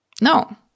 No